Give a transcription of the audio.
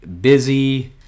busy